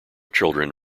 children